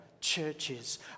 churches